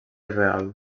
real